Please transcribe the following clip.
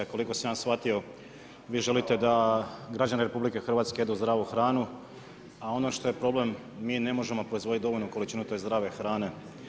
Koliko sam ja shvatio, vi želite da građani RH jedu zdravu hranu, a ono što je problem, mi ne možemo proizvoditi dovoljnu količinu te zdrave hrane.